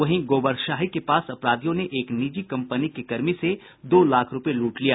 वहीं गोबरशाही के पास अपराधियों ने निजी कम्पनी के कर्मी से दो लाख रूपये लूट लिया